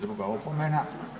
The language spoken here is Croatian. Druga opomena.